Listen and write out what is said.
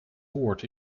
port